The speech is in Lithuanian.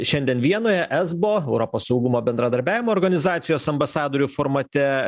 šiandien vienoje esbo europos saugumo bendradarbiavimo organizacijos ambasadorių formate